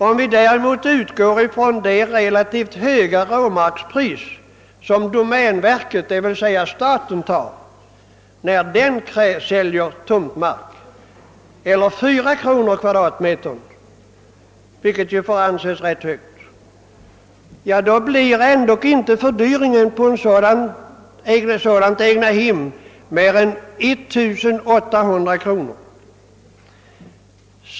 Om vi i stället utgår från det relativt höga råmarkspris som domänverket, d.v.s. staten, tar ut vid försäljning av tomtmark — 4 kronor per kvm — så blir det ändå inte fråga om en fördyring med mer än 1 800 kronor.